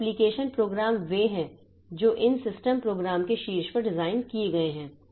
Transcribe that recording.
और application program वे हैं जो इन सिस्टम प्रोग्राम के शीर्ष पर डिज़ाइन किए गए हैं